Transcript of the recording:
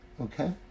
Okay